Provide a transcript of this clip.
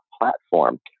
platform